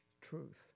truth